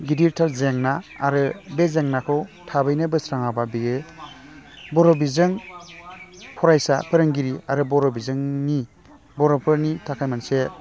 गिदिरथार जेंना आरो बे जेंनाखौ थाबैनो बोस्राङाबा बेयो बर' बिजों फरायसा फोरोंगिरि आरो बर' बिजोंनि बर'फोरनि थाखाय मोनसे